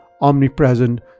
omnipresent